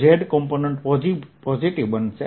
z component positive બનશે